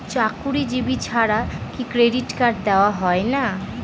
চাকুরীজীবি ছাড়া কি ক্রেডিট কার্ড দেওয়া হয় না?